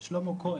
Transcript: של שלמה כהן,